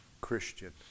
Christian